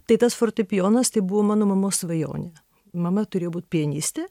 tai tas fortepijonas tai buvo mano mamos svajonė mama turėjo būt pianistė